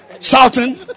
Shouting